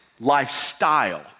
lifestyle